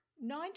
Nine